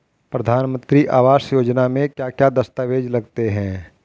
प्रधानमंत्री आवास योजना में क्या क्या दस्तावेज लगते हैं?